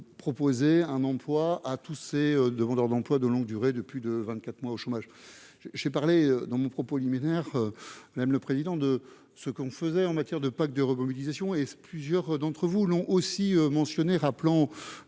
proposer un emploi à tous ces demandeurs d'emploi de longue durée de plus de 24 mois au chômage, j'ai parlé dans mon propos liminaire, même le président de ce qu'on faisait en matière de Pâques de remobilisation et plusieurs d'entre vous l'ont aussi mentionné, rappelant